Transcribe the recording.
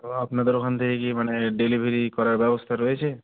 তো আপনাদের ওখান থেকে কি মানে ডেলিভারি করার ব্যবস্থা রয়েছে